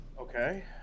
Okay